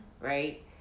right